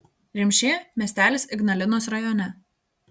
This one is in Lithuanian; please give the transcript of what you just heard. rimšė miestelis ignalinos rajone